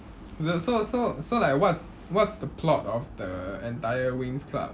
so so so so what's the entire plot about the entire winx club